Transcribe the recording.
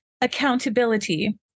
accountability